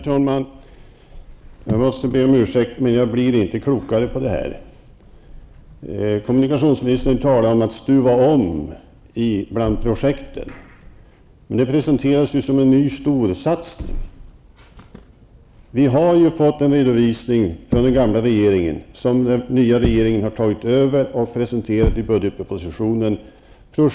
Herr talman! Jag måste be om ursäkt, men jag blir inte klokare av det här. Kommunikationministern talar om att stuva om bland projekten, men det presenteras ju som en ny storsatsning. Vi har ju fått en redovisning från den gamla regeringen som den nya regeringen har tagit över och presenterat i budgetpropositionen.